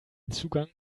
zugang